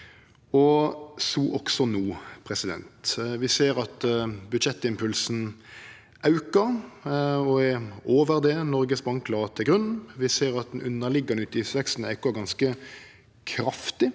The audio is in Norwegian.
og slik også no. Vi ser at budsjettimpulsen aukar og er over det Noregs Bank la til grunn. Vi ser at den underliggjande utgiftsveksten aukar ganske kraftig.